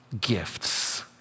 Gifts